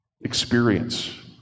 experience